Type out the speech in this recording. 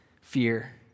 fear